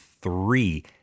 three